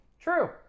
True